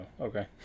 okay